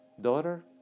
daughter